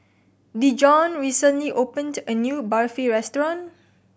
Dejon recently opened a new Barfi restaurant